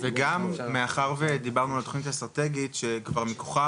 וגם מאחר ודיברנו על תוכנית אסטרטגית שמתוכם